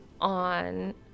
on